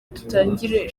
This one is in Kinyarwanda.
dutangire